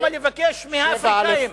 למה לבקש מהאפריקנים,